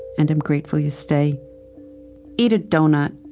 and am grateful you stay eat a donut.